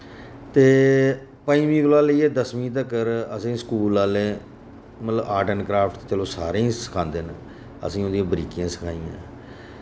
ते पंजमीं कोला लेइयै दसमीं तकर असेंई स्कूल आह्लें मतलब आर्ट एंड क्राफ्ट ते चलो सारें गी सखांदे न असें उंदी बरीकियां सखाइयां